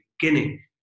beginning